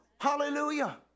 hallelujah